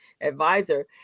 advisor